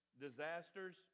disasters